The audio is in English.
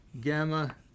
gamma